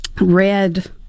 Red –